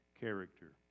character